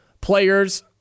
players